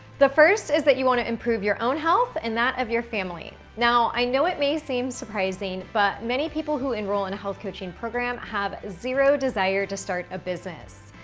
the first is that you wanna improve your own health and that of your family. now, i know it may seem surprising but many people who enroll in health coaching program have zero desire to start a business.